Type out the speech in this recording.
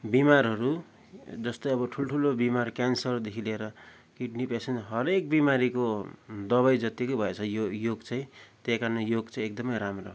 बिमारहरू जस्तै अब ठुलठुलो बिमार क्यान्सरदेखि लिएर किड्नी पेसेन्ट हरेक बिमारीको दबाई जत्तिकै भएछ यो योग चाहिँ त्यही कारण योग चाहिँ एकदमै राम्रो हो